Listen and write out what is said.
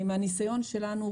מהניסיון שלנו,